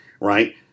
right